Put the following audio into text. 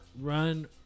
run